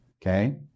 Okay